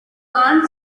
aunt